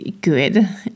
good